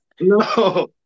No